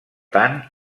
tant